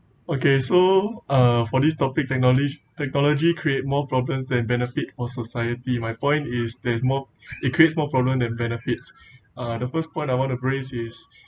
okay so uh for this topic technole~ technology create more problems than benefit for society my point is there's more it creates more problem than benefits uh the first part I want to brace is